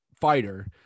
fighter